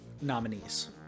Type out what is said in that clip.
nominees